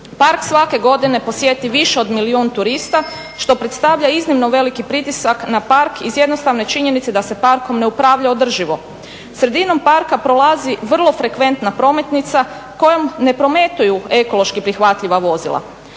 park svake godine posjeti više od milijun turista što predstavlja iznimno veliki pritisak na park iz jednostavne činjenice da se parkom ne upravlja održivo. Sredinom parka prolazi vrlo frekventna prometnica kojom ne prometuju ekološki prihvatljiva vozila.